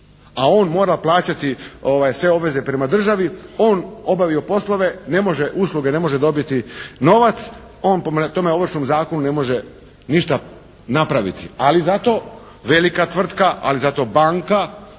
A on mora plaćati sve one obveze prema državi. On obavio poslove, ne može, usluge ne može dobiti novac. On prema tome ovršnome zakonu ne može ništa napraviti. Ali zato velika tvrtka, ali zato banka